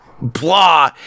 blah